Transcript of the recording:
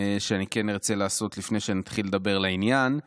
שאני ארצה לעשות לפני שנתחיל לדבר לעניין הוא